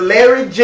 Larry